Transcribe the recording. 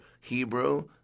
Hebrew